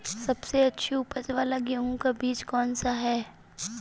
सबसे अच्छी उपज वाला गेहूँ का बीज कौन सा है?